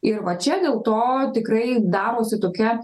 ir va čia dėl to tikrai darosi tokia